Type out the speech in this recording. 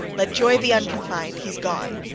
let joy be unconfined. he's gone.